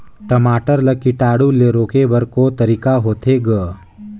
टमाटर ला कीटाणु ले रोके बर को तरीका होथे ग?